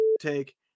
take